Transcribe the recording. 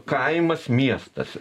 kaimas miestas